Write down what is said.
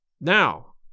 Now